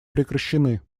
прекращены